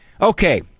Okay